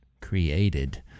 created